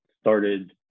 started